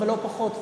אבל לא פחות חשוב,